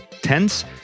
tense